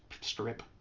strip